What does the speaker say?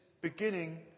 beginning